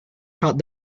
shot